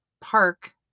park